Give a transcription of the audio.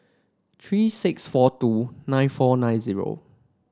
three six four two nine four nine zero